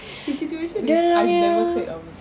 his situation is I've never heard of